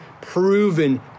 proven